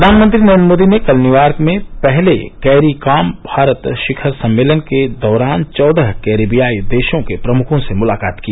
प्रधानमंत्री नरेंद्र मोदी ने कल न्यूयॉर्क में पहले कैरीकॉम भारत शिखर सम्मेलन के दौरान चौदह कैरीबियाई देशों के प्रमुखों से मुलाकात की